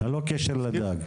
ללא קשר לדג?